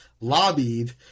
lobbied